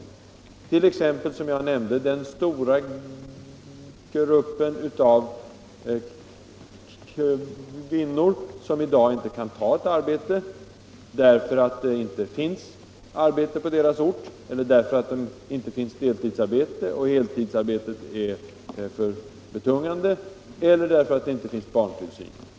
Det gäller t.ex., som jag nämnde, den stora gruppen av kvinnor som i dag inte kan ta ett arbete därför att det inte finns något på deras ort eller därför att det inte finns deltidsarbete — och heltidsarbete är för betungande —- eller därför att det inte finns barntillsyn.